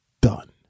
done